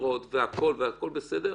חקירות והכול בסדר,